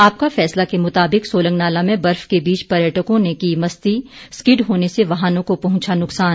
आपका फैसला के मुताबिक सोलंगनाला में बर्फ के बीच पर्यटकों ने की मस्ती स्किड होने से वाहनों को पहुंचा नुकसान